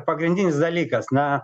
pagrindinis dalykas na